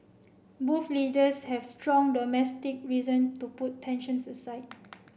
both leaders have strong domestic reason to put tensions aside